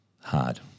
hard